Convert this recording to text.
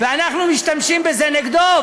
ואנחנו משתמשים בזה נגדו,